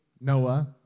Noah